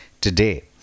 today